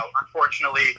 unfortunately